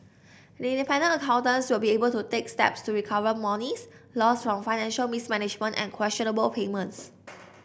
the independent accountants will be able to take steps to recover monies lost from financial mismanagement and questionable payments